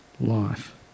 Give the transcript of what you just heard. life